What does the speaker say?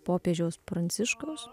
popiežiaus pranciškaus